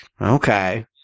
okay